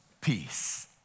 Peace